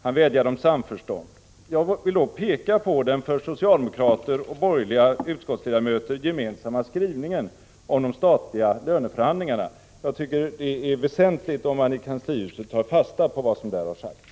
Han vädjade om samförstånd. Jag vill då peka på den för socialdemokratiska och borgerliga utskottsledamöter gemensamma skrivningen om de statliga löneförhandlingarna. Jag finner det väsentligt att man i kanslihuset tar fasta på vad som där har sagts.